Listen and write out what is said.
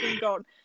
gone